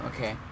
Okay